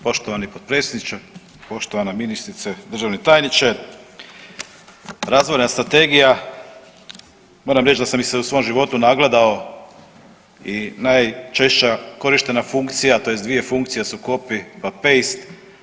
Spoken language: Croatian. Poštovani potpredsjedniče, poštovana ministrice, državni tajniče, razvojna strategija, moram reći da sam ih se u svom životu nagledao i najčešća korištena funkcija tj. dvije funkcije su copy pa paste.